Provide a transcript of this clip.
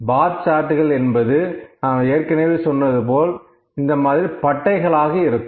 பார் சார்ட்டுகள் என்பது நாம் ஏற்கனவே சொன்னது போல இந்த மாதிரி பட்டைகளாக இருக்கும்